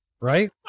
right